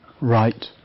right